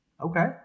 Okay